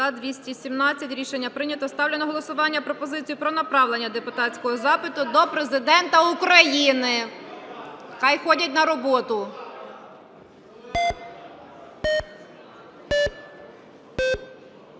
За-217 Рішення прийнято. Ставлю на голосування пропозицію про направлення депутатського запиту до Президента України. (Шум у залі) Хай ходять на роботу.